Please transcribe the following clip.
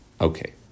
Okay